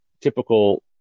typical